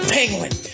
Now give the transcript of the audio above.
Penguin